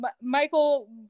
Michael